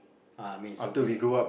uh I mean so busy